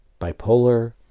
bipolar